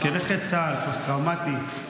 כנכה צה"ל, פוסט-טראומטי.